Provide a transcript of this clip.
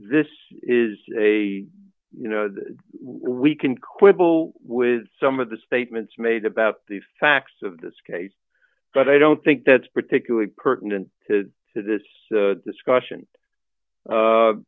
this is a you know we can quibble with some of the statements made about the facts of this case but i don't think that's particularly pertinent to this discussion